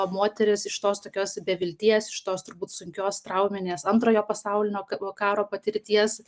moteris iš tos tokios be vilties iš tos turbūt sunkios trauminės antrojo pasaulinio karo patirties